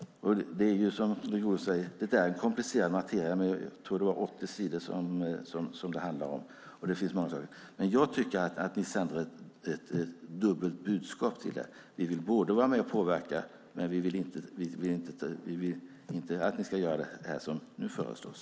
Det här är komplicerad materia - jag tror att det handlar om 80 sidor. Men jag tycker att ni sänder ett dubbelt budskap: Vi vill vara med och påverka, men vi vill inte att ni ska göra det som nu föreslås.